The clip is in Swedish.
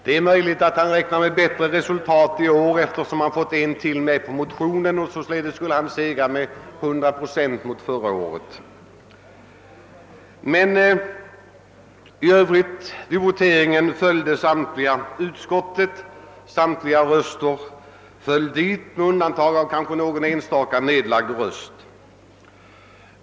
Det är möjligt att han räknar med bättre resultat i år, eftersom han fått ytterli gare en underskrift på sin motion. Han skulle således förbättra resultatet med 100 procent i förhållande till omröstningen föregående år. I övrigt följde emellertid samtliga utskottet vid voteringen, möjligen med undantag av någon enstaka ledamot som lade ned sin röst.